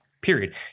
period